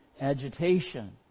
agitation